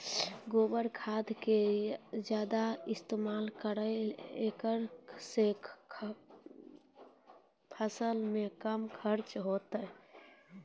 गोबर खाद के ज्यादा इस्तेमाल करौ ऐकरा से फसल मे कम खर्च होईतै?